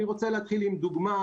אני רוצה להתחיל עם דוגמה,